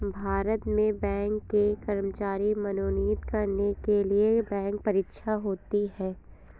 भारत में बैंक के कर्मचारी मनोनीत करने के लिए बैंक परीक्षा होती है